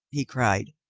he cried.